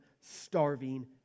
starving